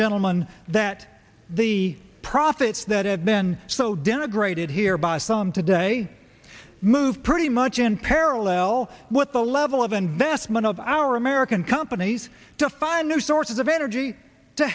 gentlemen that the profits that have been so denigrated here by phone today move pretty much in parallel with the level of investment of our american companies to find new sources of energy to